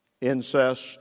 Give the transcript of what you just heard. incest